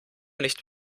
nicht